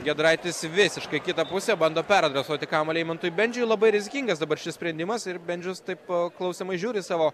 giedraitis visiškai į kitą pusę bando peradresuoti kamuolį eimantui bendžiui labai rizikingas dabar šis sprendimas ir bendžius taip pat klausiamai žiūri į savo